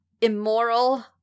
immoral